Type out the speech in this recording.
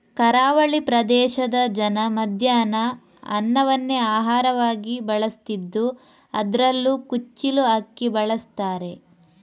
ಕರಾವಳಿ ಪ್ರದೇಶದ ಜನ ಮಧ್ಯಾಹ್ನ ಅನ್ನವನ್ನೇ ಆಹಾರವಾಗಿ ಬಳಸ್ತಿದ್ದು ಅದ್ರಲ್ಲೂ ಕುಚ್ಚಿಲು ಅಕ್ಕಿ ಬಳಸ್ತಾರೆ